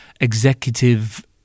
executive